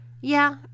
Yeah